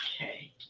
okay